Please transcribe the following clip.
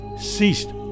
ceased